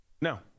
No